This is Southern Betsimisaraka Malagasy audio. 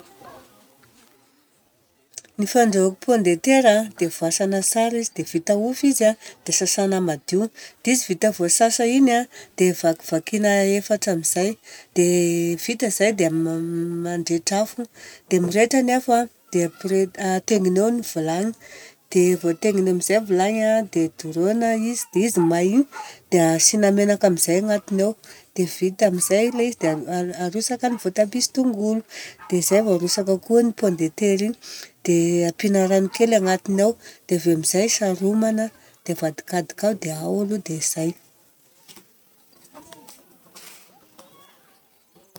Ny fandrahôko pon de tera an, dia voasana tsara izy dia vita ofy izy a, dia sasana madio. Dia izy vita voasasa iny an, dia vakivakiana efatra amizay. Dia vita zay dia mandrehitra afo dia mirehitra ny afo dia aporetina, atengina eo ny vilagny. Dia voategina eo ny vilagny dia doroana izy. Dia izy may igny dia asiana menaka amizay agnatiny ao. Dia vita amizay ilay izy dia arotsaka ny votabia sy tongolo dia zay vao arotsaka koa ny pon de tera igny. Dia ampiana rano kely agnatiny ao. Dia avy eo amizay saromana dia avadikadika ao. Dia ao aloha, dia zay.